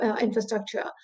Infrastructure